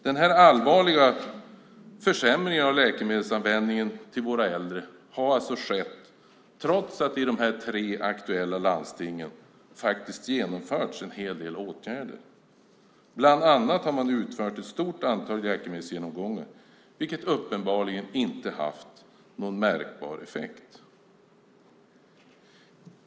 Denna allvarliga försämring av läkemedelsanvändningen hos våra äldre har alltså skett trots att det i de tre aktuella landstingen faktiskt har genomförts en hel del åtgärder. Man har bland annat genomfört ett stort antal läkemedelsgenomgångar vilket uppenbarligen inte haft någon märkbar effekt.